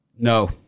No